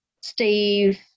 Steve